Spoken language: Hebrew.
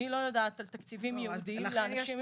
אני לא יודעת על תקציבים ייעודיים לאנשים עם מוגבלות.